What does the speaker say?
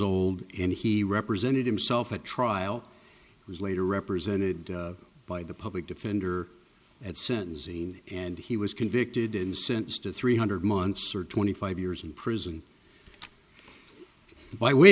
old and he represented himself at trial was later represented by the public defender at sentencing and he was convicted and sentenced to three hundred months or twenty five years in prison by way